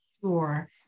Sure